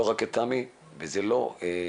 אין